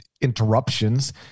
interruptions